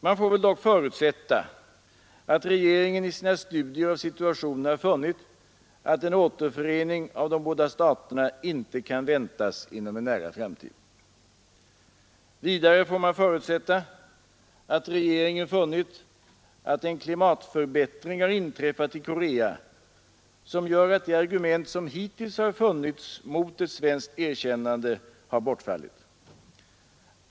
Man får väl då förutsätta att regeringen i sina studier av situationen har funnit att en återförening av de båda staterna inte kan väntas inom en nära framtid. Vidare får man förutsätta att regeringen funnit att en klimatförbättring har inträffat i Korea, som gör att de argument som hittills har funnits mot ett svenskt erkännande har bortfallit.